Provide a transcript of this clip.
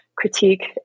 Critique